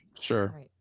Sure